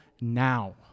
now